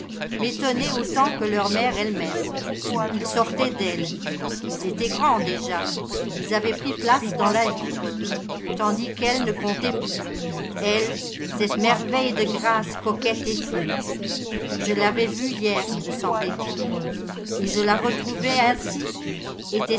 m'étonnaient autant que leur mère ellemême ils sortaient d'elle ils étaient grands déjà ils avaient pris place dans la vie tandis qu'elle ne comptait plus elle cette merveille de grâce coquette et fine je l'avais vue hier me semblait-il et je la retrouvais ainsi